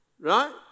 right